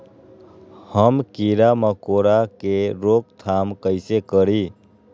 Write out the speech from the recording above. हम किरा मकोरा के रोक थाम कईसे करी?